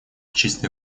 чистой